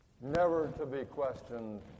never-to-be-questioned